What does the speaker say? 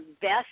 best